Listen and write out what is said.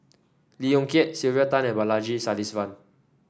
Lee Yong Kiat Sylvia Tan and Balaji Sadasivan